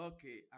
Okay